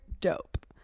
dope